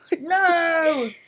No